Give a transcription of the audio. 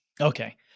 Okay